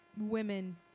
women